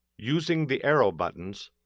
using the arrow buttons,